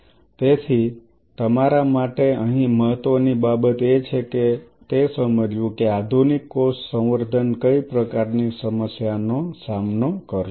તેથી તમારા માટે અહીં મહત્વની બાબત એ છે તે સમજવું કે આધુનિક કોષ સંવર્ધન કઈ પ્રકારની સમસ્યાઓનો સામનો કરશે